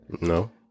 No